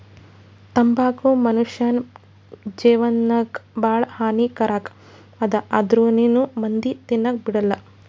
ತಂಬಾಕು ಮುನುಷ್ಯನ್ ಜೇವನಕ್ ಭಾಳ ಹಾನಿ ಕಾರಕ್ ಅದಾ ಆಂದ್ರುನೂ ಮಂದಿ ತಿನದ್ ಬಿಡಲ್ಲ